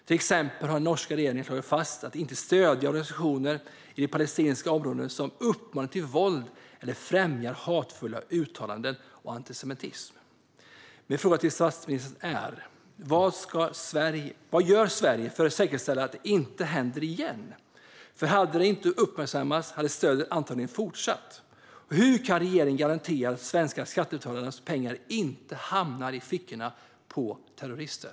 Den norska regeringen har till exempel slagit fast att man inte ska stödja organisationer i palestinska områden som uppmanar till våld eller främjar hatfulla uttalanden och antisemitism. Min fråga till statsministern är: Vad gör Sverige för att säkerställa att detta inte händer igen? Hade det inte uppmärksammats hade stödet antagligen fortsatt. Hur kan regeringen garantera att de svenska skattebetalarnas pengar inte hamnar i fickorna på terrorister?